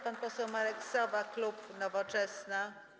Pan poseł Marek Sowa, klub Nowoczesna.